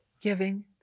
Giving